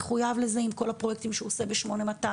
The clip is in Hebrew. מחויב לזה עם כל הפרויקטים שהוא עושה ב-8200,